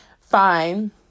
fine